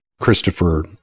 Christopher